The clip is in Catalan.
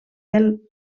del